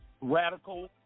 radical